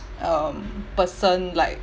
um person like